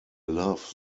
love